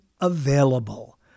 available